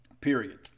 Period